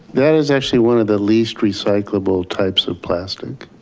that is actually one of the least recyclable types of plastic.